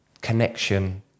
connection